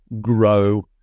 grow